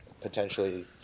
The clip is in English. potentially